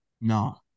No